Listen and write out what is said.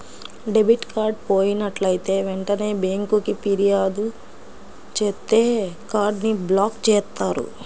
debit card పోయినట్లైతే వెంటనే బ్యేంకుకి ఫిర్యాదు చేత్తే కార్డ్ ని బ్లాక్ చేత్తారు